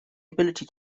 ability